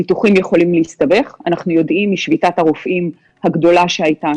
ניתוחים יכולים להסתבך אנחנו יודעים משביתת הרופאים הגדולה שהייתה.